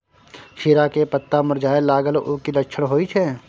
खीरा के पत्ता मुरझाय लागल उ कि लक्षण होय छै?